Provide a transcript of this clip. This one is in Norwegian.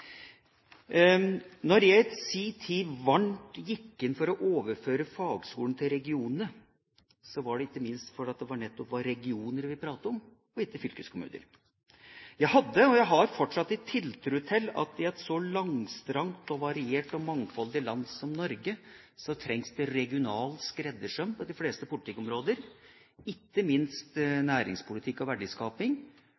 Når jeg i sin tid varmt gikk inn for å overføre fagskolene til regionene, var det ikke minst fordi det var regioner vi pratet om, og ikke fylkeskommuner. Jeg hadde, og har fortsatt, tiltro til at i et så langstrakt og variert og mangfoldig land som Norge trengs det regional skreddersøm på de fleste politikkområder – ikke minst